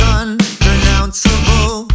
unpronounceable